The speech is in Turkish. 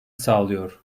sağlıyor